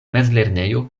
mezlernejo